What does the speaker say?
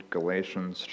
Galatians